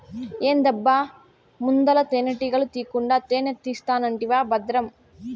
ఏందబ్బా ముందల తేనెటీగల తీకుండా తేనే తీస్తానంటివా బద్రం